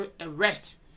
arrest